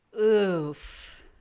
Oof